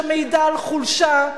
שמעידה על חולשה,